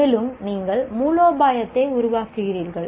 மேலும் நீங்கள் மூலோபாயத்தை உருவாக்குகிறீர்கள்